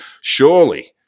Surely